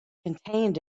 contained